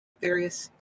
various